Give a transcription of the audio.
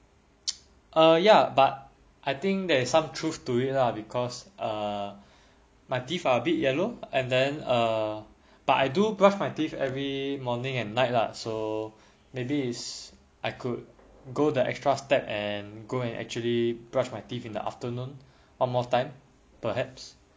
uh ya but I think there is some truth to it lah because err my teeth are a bit yellow and then err but I do brush my teeth every morning and night lah so maybe is I could go the extra step and go and actually brush my teeth in the afternoon one more time perhaps